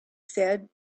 said